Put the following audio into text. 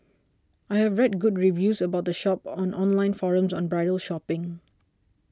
I have read good reviews about the shop on online forums on bridal shopping